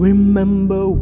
Remember